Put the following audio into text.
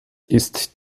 ist